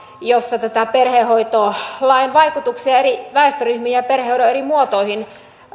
jossa perhehoitolain vaikutuksia eri väestöryhmiin ja perhehoidon eri muotoihin